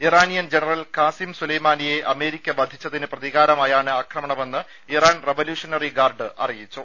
Iranian general Qasem സുലൈമാനിയെ America വധിച്ചതിന് പ്രതികാരമായാണ് ആക്രമണമെന്ന് ഇറാൻ റവല്യൂഷണറി ഗാർഡ് അറിയിച്ചു